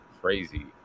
crazy